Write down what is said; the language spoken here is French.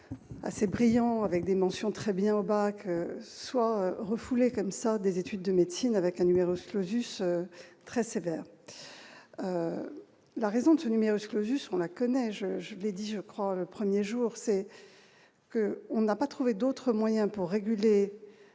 assez brillant avec des mentions très bien au bac soit refoulés comme ça des études de médecine avec un numéro clausus très sévère, la raison de ce numéro que jusqu'on a connaît je, je l'ai dit je crois 1er jour c'est que on n'a pas trouvé d'autre moyen pour réguler